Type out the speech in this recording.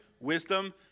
wisdom